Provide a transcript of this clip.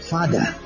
Father